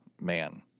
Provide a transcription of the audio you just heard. man